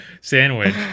sandwich